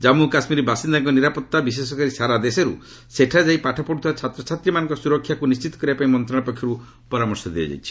ଜନ୍ମୁ କାଶ୍ମୀର ବାସିନ୍ଦାଙ୍କ ନିରାପତ୍ତା ବିଶେଷକରି ସାରା ଦେଶରୁ ସେଠାରେ ଯାଇ ପାଠ ପତ୍ରୁଥିବା ଛାତ୍ରଛାତ୍ରୀମାନଙ୍କ ସୁରକ୍ଷାକୁ ନିର୍ଣ୍ଣିତ କରିବାପାଇଁ ମନ୍ତ୍ରଣାଳୟ ପକ୍ଷର୍ତ ପରାମର୍ଶ ଦିଆଯାଇଛି